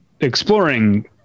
exploring